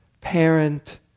parent